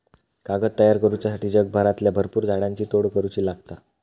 कागद तयार करुच्यासाठी जगभरातल्या भरपुर झाडांची तोड करुची लागता